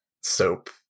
soap